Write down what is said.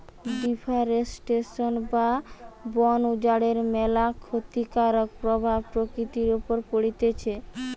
deforestation বা বন উজাড়ের ম্যালা ক্ষতিকারক প্রভাব প্রকৃতির উপর পড়তিছে